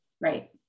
Right